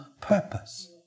purpose